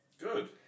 Good